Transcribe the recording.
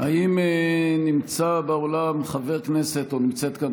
האם נמצא באולם חבר כנסת או נמצאת כאן